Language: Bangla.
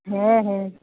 হ্যাঁ হ্যাঁ